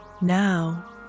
Now